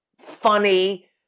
funny